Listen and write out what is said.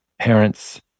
parents